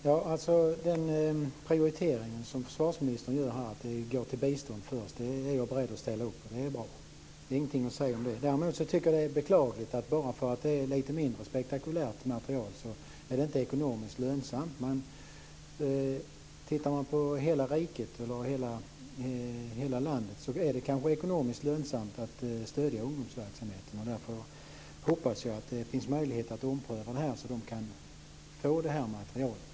Herr talman! Den prioritering som försvarsministern gjort, att det går till bistånd, är jag är beredd att ställa upp på. Det är bra, det är ingenting att säga om det. Däremot tycker jag att det beklagligt att det, bara för att det är fråga om lite mindre spektakulär materiel, inte anses ekonomiskt lönsamt. Sett över hela landet är det kanske ekonomiskt lönsamt att stödja ungdomsverksamheten. Därför hoppas jag att det finns möjligheter att ompröva detta så att ungdomsverksamheten kan få av denna materiel.